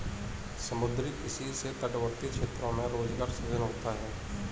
समुद्री किसी से तटवर्ती क्षेत्रों में रोजगार सृजन होता है